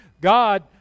God